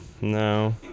No